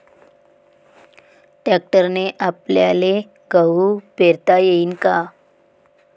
ट्रॅक्टरने आपल्याले गहू पेरता येईन का?